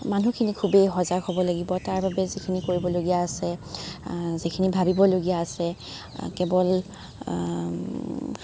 মানুহখিনি খুবেই সজাগ হ'ব লাগিব তাৰ বাবে যিখিনি কৰিবলগীয়া আছে যিখিনি ভাবিবলগীয়া আছে কেৱল